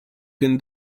can